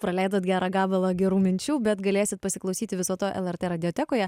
praleidot gerą gabalą gerų minčių bet galėsit pasiklausyti viso to lrt radiotekoje